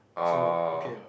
so okay ah